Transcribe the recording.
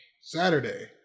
Saturday